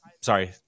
sorry